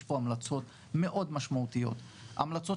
יש פה המלצות מאוד משמעותיות, המלצות